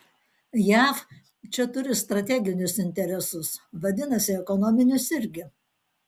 jav čia turi strateginius interesus vadinasi ekonominius irgi